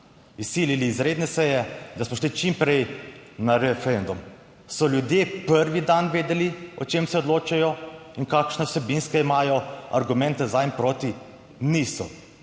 izsilili izredne seje, da smo šli čim prej na referendum. So ljudje prvi dan vedeli, o čem se odločajo in kakšne vsebinske imajo argumente za in proti? Niso.